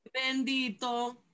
Bendito